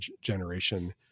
generation